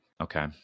Okay